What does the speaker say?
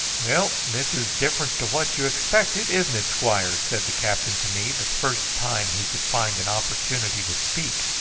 well, this is different to what you expected isn't it, squire? said the captain to me the first time he could find an opportunity to speak.